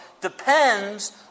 depends